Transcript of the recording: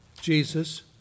Jesus